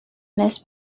nes